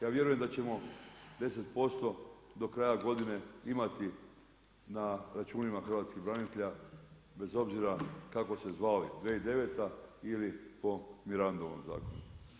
Ja vjerujem da ćemo 10% do kraja godine imati na računa hrvatskih branitelja bez obzira kako se zvali, 2009. ili po Mirandovom zakonu.